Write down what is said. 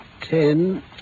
ten